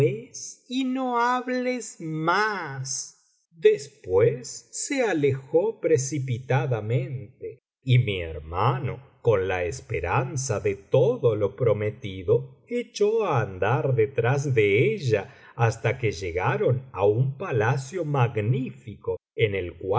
y no hables más después se alejó precipitadamente y mi hermano con la esperanza de tocio lo prometido echó á andar detrás de ella hasta que llegaron á un palacio magnífico en